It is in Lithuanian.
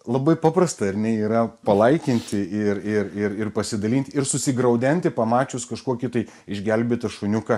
labai paprasta ar ne yra palaikinti ir ir ir ir pasidalint ir susigraudenti pamačius kažkokį tai išgelbėtą šuniuką